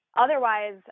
otherwise